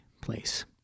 place